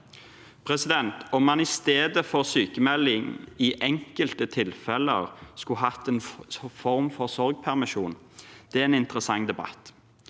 arbeidslivet. Om man i stedet for sykmelding i enkelte tilfeller skulle hatt en form for sorgpermisjon, er en interessant debatt.